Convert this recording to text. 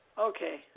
Okay